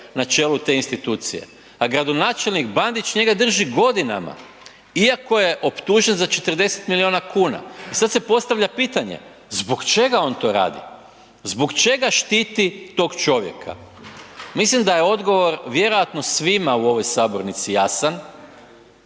na čelu te institucije, a gradonačelnik Bandić njega drži godinama iako je optužen za 40 miliona kuna. I sad se postavlja pitanje, zbog čega on to radi, zbog čega štiti tog čovjeka? Mislim da je odgovor vjerojatno svima u ovoj sabornici jasan